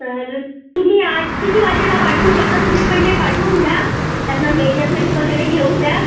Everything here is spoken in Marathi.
तर तुम्ही आज किती वाजेला पाठवू शकता तुम्ही पहिले पाठवून द्या त्यांना मेजरमेंट वगैरे घेऊ द्या